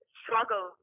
struggle